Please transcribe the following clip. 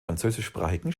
französischsprachigen